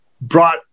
brought